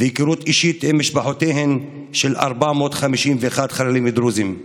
והיכרות אישית עם משפחותיהם של 451 חללים דרוזים.